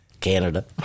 Canada